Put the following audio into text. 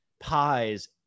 Pies